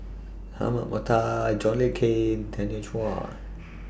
Ahmad Mattar John Le Cain Tanya Chua